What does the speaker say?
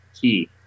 key